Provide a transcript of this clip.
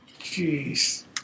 Jeez